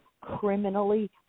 criminally